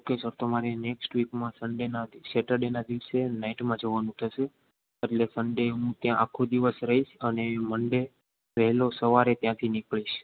okay sir તો મારી next વીકમાં સન્ડેના સેટરડે ના દિવસે નાઇટમાં જવાનું થસે એટલે સન્ડે હું ત્યાં આખો દિવસ રહીસ અને મન્ડે વેલો સવારે ત્યાથી નિકડીસ